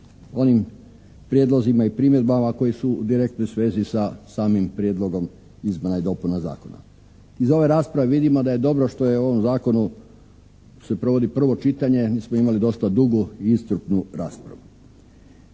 onim prijedlozima i primjedbama koji su u direktnoj svezi sa samim prijedlogom izmjena i dopuna zakona. Iz ove rasprave vidimo da je dobro što o ovom zakonu se provodi prvo čitanje, mi smo imali dosta dugu i iscrpnu raspravu.